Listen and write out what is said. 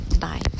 Bye